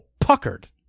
puckered